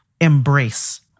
embrace